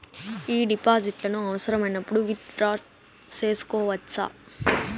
ఈ డిపాజిట్లను అవసరమైనప్పుడు విత్ డ్రా సేసుకోవచ్చా?